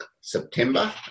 September